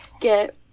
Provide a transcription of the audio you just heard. get